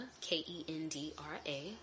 K-E-N-D-R-A